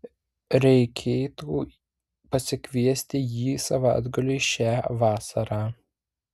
reikėtų pasikviesti jį savaitgaliui šią vasarą